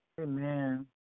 Amen